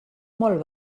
molt